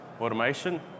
automation